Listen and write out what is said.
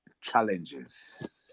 challenges